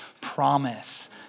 promise